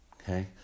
Okay